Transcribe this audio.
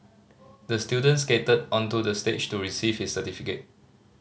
the student skated onto the stage to receive his certificate